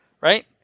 right